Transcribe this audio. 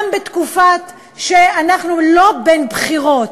גם בתקופה שאנחנו לא בין בחירות,